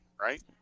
right